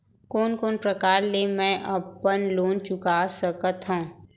कोन कोन प्रकार ले मैं अपन लोन चुका सकत हँव?